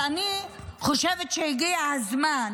אז אני חושבת שהגיע הזמן